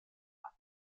hand